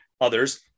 others